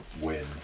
win